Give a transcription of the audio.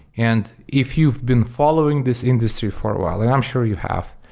and if you've been following this industry for a while, and i'm sure you have,